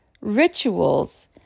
rituals